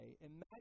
imagine